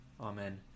Amen